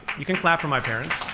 you can clap for my parents.